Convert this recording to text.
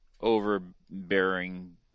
overbearing